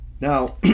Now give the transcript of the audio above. Now